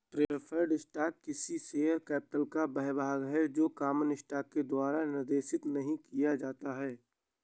preferred stock किसी share capital का वह भाग है जो कॉमन स्टॉक के द्वारा निर्देशित नहीं किया जाता है